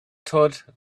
thud